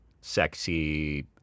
sexy